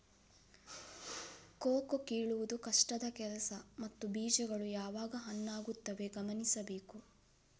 cocoa ಕೀಳುವುದು ಕಷ್ಟದ ಕೆಲಸ ಮತ್ತು ಬೀಜಗಳು ಯಾವಾಗ ಹಣ್ಣಾಗುತ್ತವೆ ಗಮನಿಸಬೇಕು